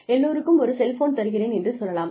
எல்லோருக்கும் ஒரு செல்ஃபோன் தருகிறேன் என்று சொல்லலாம்